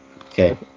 Okay